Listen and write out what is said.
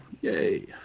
yay